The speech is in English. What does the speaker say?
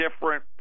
different